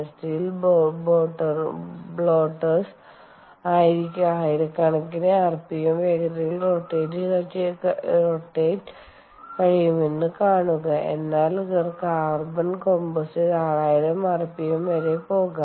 steel ബ്ലോട്ടറുകൾക്ക് ആയിരക്കണക്കിന് RPM വേഗതയിൽ റൊറ്റേറ്റ് കഴിയുമെന്ന് കാണുക എന്നാൽ കാർബൺ കംപ്പോസിറ്റ്സ് 60000 ആർപിഎം വരെ പോകാം